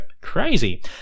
Crazy